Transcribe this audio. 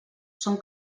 són